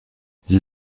sie